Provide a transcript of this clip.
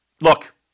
Look